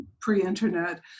pre-internet